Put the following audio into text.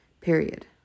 Period